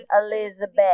Elizabeth